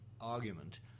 argument